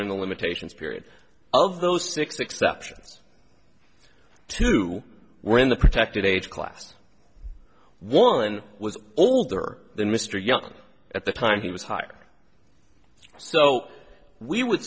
were in the limitations period of those six exceptions two were in the protected age class one was older than mr young at the time he was higher so we w